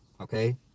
Okay